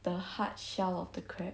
the hard shell of the crab